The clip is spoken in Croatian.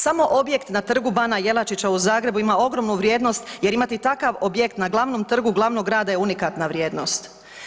Samo objekt na Trgu bana Jelačića u Zagrebu ima ogromnu vrijednost jer imati takav objekt na glavnom trgu glavnog grada je unikatna vrijednost.